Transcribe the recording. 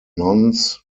nuns